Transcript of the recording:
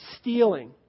stealing